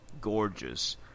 gorgeous